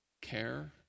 care